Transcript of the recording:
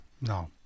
No